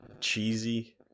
cheesy